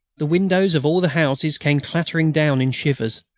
the windows of all the houses came clattering down in shivers.